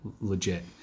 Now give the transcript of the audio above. legit